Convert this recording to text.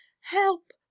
Help